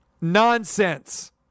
nonsense